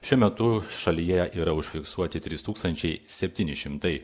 šiuo metu šalyje yra užfiksuoti trys tūkstančiai septyni šimtai